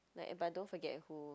like if I don't forget who